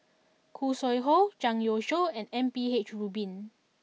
Khoo Sui Hoe Zhang Youshuo and M P H Rubin